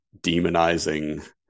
demonizing